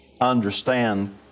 understand